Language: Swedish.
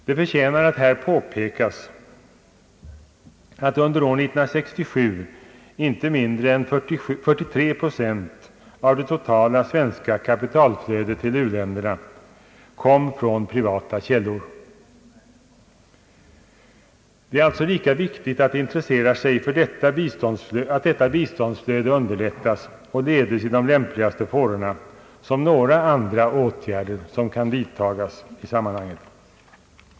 Det förtjänar att här påpeka att under år 1967 inte mindre än 43 procent av det totala svenska kapitalflödet till u-länderna kom från privata källor. Det är alltså lika viktigt att intressera sig för att detta biståndsflöde underlättas och ledes i de lämpligaste fårorna som några andra åtgärder som kan vidtagas i sammanhanget.